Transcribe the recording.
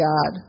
God